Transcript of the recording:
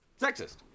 sexist